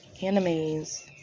animes